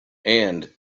and